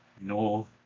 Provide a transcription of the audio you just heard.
no